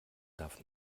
darf